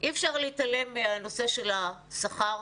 אי אפשר להתעלם מהנושא של השכר,